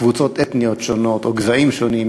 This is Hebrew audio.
קבוצות אתניות שונות או גזעים שונים,